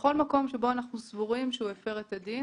בכל מקום שבו אנחנו סבורים שהוא הפר את הדין.